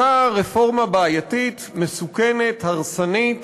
אותה רפורמה בעייתית, מסוכנת והרסנית